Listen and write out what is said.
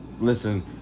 Listen